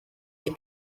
they